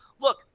look